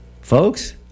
Folks